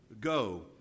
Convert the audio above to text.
go